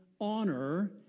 honor